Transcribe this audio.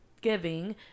giving